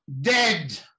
dead